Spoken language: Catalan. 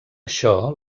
això